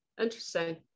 interesting